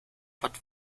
fort